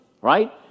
Right